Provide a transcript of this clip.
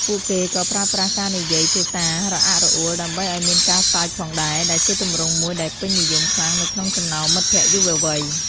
ពួកគេក៏ប្រើប្រាស់ការនិយាយភាសាររអាក់រអួលដើម្បីឱ្យមានការសើចផងដែរ ដែលជាទម្រង់មួយដែលពេញនិយមខ្លាំងនៅក្នុងចំណោមមិត្តភក្តិយុវវ័យ។